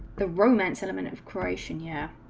the romance and and information yeah